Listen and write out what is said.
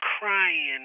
crying